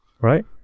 right